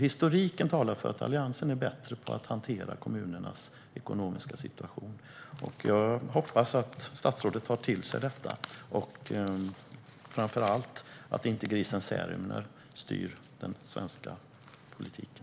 Historiken talar alltså för att Alliansen är bättre på att hantera kommunernas ekonomiska situation. Jag hoppas att statsrådet tar till sig detta och, framför allt, att grisen Särimner inte styr den svenska politiken.